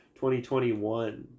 2021